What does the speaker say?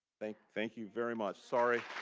thank thank you very much. sorry.